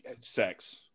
sex